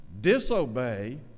disobey